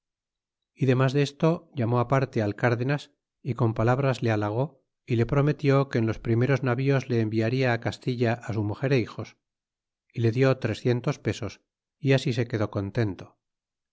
y demas desto llamó aparte al crdertas y con palabras le halagó y le prometió que en los primeros navíos le enviarla castilla su muger é hijos é le dió trecientos pesos y así se quedó contento